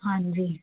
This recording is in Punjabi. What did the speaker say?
ਹਾਂਜੀ